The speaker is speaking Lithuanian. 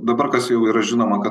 dabar kas jau yra žinoma kad